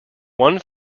one